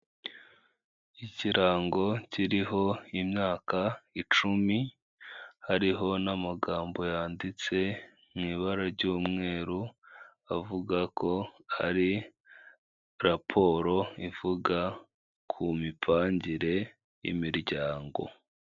Ikirango kiriho imyaka icumi, hariho n'amagambo yanditse mu ibara ry'umweru, avuga ko hari raporo ivuga ku mipangire y'imiryango.